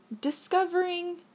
discovering